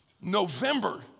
November